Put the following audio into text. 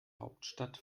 hauptstadt